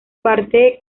parte